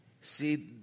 See